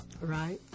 right